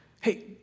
Hey